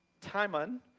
Timon